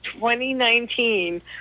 2019